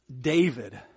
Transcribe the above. David